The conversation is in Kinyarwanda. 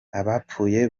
abapfuye